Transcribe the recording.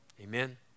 Amen